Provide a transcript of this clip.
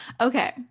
Okay